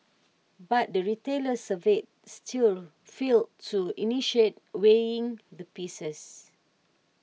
but the retailers surveyed still failed to initiate weighing the pieces